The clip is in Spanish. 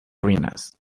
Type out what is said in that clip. ruinas